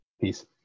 Peace